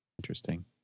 Interesting